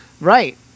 Right